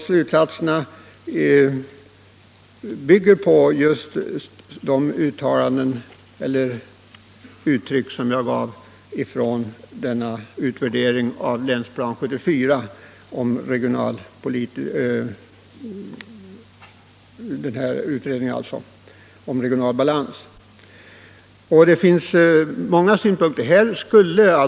Slutsatserna bygger på vad jag yttrade i anledning av utvärderingen av Länsplanering 1974 om regional balans. Det finns många synpunkter att anlägga på denna fråga.